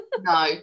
no